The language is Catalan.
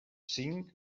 cinc